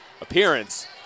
appearance